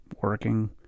working